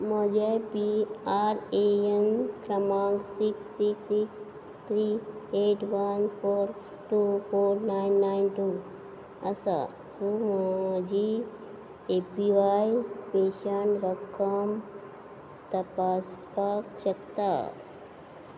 म्हजें P R A N क्रमांक six six six three eight one four two four nine nine two आसा पूण तूं म्हजी ए पी व्हाय पेन्शन रक्कम तपासपाक शकता